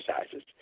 exercises